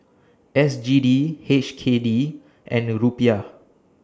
S G D H K D and Rupiah